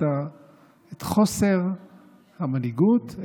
את חוסר המנהיגות,